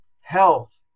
health